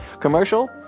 commercial